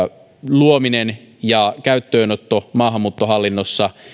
luominen ja käyttöönotto maahanmuuttohallinnossa